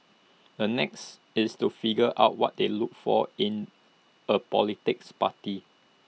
the next is to figure out what they looked for in A politicals party